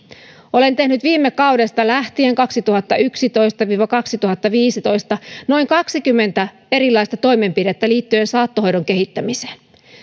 olen tehnyt viime kaudesta lähtien kaksituhattayksitoista viiva kaksituhattaviisitoista noin kaksikymmentä erilaista toimenpidettä liittyen saattohoidon kehittämiseen